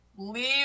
Leave